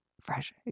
Fresh